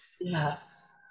Yes